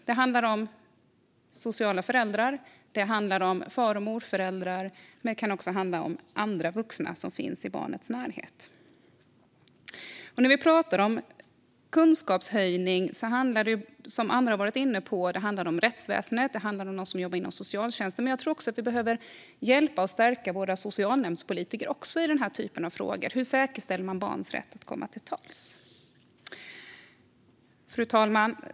Det handlar om sociala föräldrar, det handlar om far och morföräldrar och det kan också handla om andra vuxna som finns i barnets närhet. När vi pratar om kunskapshöjning handlar det, som andra varit inne på, om rättsväsendet och om dem som jobbar inom socialtjänsten. Men jag tror också att vi behöver hjälpa och stärka våra socialnämndspolitiker i frågor om hur man säkerställer barns rätt att komma till tals. Fru talman!